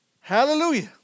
Hallelujah